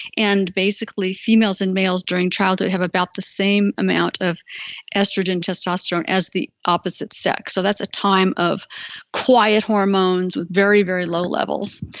and basically females and males during childhood have about the same amount of estrogen, testosterone as the opposite sex so that's a time of quiet hormones with very, very low levels.